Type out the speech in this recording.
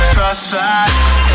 Crossfire